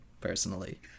personally